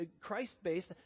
Christ-based